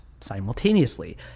simultaneously